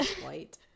White